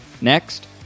Next